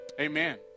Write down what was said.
Amen